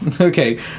Okay